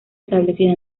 establecida